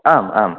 आम् आम्